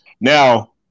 Now